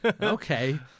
Okay